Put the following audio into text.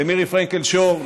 למירי פרנקל-שור,